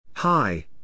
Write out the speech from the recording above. Hi